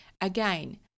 again